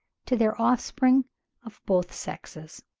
to their offspring of both sexes.